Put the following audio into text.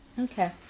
Okay